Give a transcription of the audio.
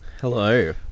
Hello